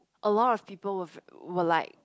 a lot of people were ve~ were like